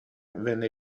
venne